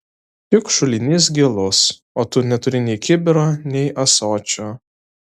juk šulinys gilus o tu neturi nei kibiro nei ąsočio